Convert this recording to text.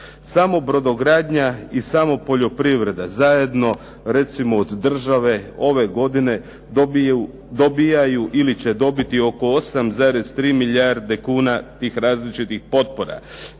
Samo brodogradnja i samo poljoprivreda zajedno recimo od države ove godine dobijaju ili će dobiti oko 8,3 milijarde kuna tih različitih potpora.